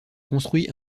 construit